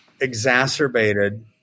exacerbated